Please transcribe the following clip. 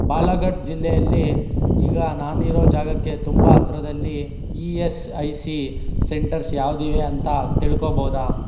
ಬಾಲಗಟ್ ಜಿಲ್ಲೆಯಲ್ಲಿ ಈಗ ನಾನಿರೊ ಜಾಗಕ್ಕೆ ತುಂಬ ಹತ್ರದಲ್ಲಿ E S I C centres ಯಾವುವಿವೆ ಅಂತ ತಿಳ್ಕೊಳ್ಬೋದಾ